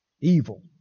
Evil